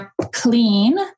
clean